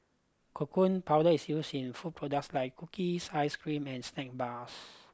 cocoa powder is used in food products like cookies ice cream and snack bars